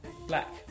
Black